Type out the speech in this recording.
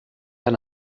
han